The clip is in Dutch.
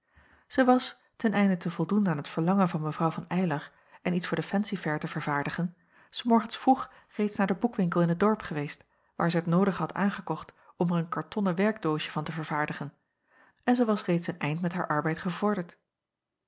zij was ten einde te voldoen aan t verlangen van mevrouw van ylar en iets voor de fancy-fair te vervaardigen s morgens vroeg reeds naar den boekwinkel in t dorp geweest waar zij het noodige had aangekocht om er een kartonnen werkdoosje van te vervaardigen en zij was reeds een eind met haar arbeid gevorderd